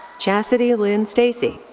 chastity lynn stacy.